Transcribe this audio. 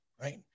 right